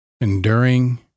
Enduring